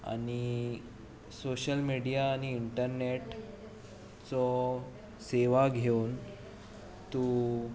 आनी social media आनी internet चो सेवा घेवन तूं